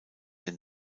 den